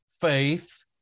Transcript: faith